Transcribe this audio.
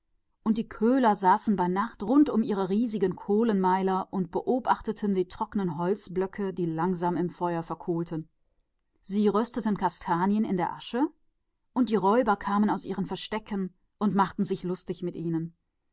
und die köhler saßen um ihre kohlenpfannen zur nacht und sahen zu wie die trockenen scheite langsam im feuer verkohlten und brieten kastanien in der asche und die räuber kamen aus ihren höhlen und scherzten mit ihnen